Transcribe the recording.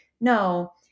no